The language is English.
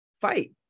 fight